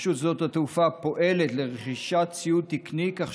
רשות שדות התעופה פועלת לרכישת ציוד תקני כך